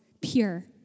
pure